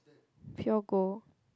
pure gold